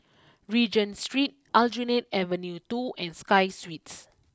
Regent Street Aljunied Avenue two and Sky Suites